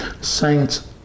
Saints